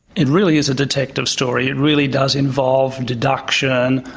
it really is a detective story, it really does involve deduction,